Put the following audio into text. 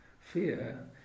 fear